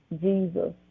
Jesus